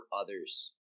others